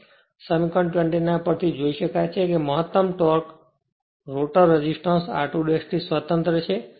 તેથી સમીકરણ 29 પર થી તે જોઇ શકાય છે કે મહત્તમ ટોર્ક રોટર રેઝિસ્ટન્સ r2 થી સ્વતંત્ર છે